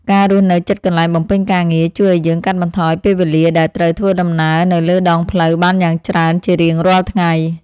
ការរស់នៅជិតកន្លែងបំពេញការងារជួយឱ្យយើងកាត់បន្ថយពេលវេលាដែលត្រូវធ្វើដំណើរនៅលើដងផ្លូវបានយ៉ាងច្រើនជារៀងរាល់ថ្ងៃ។